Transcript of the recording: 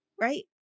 right